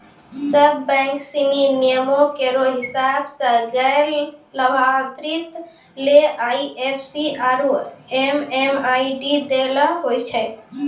सब बैंक सिनी नियमो केरो हिसाब सें गैर लाभार्थी ले आई एफ सी आरु एम.एम.आई.डी दै ल होय छै